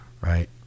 right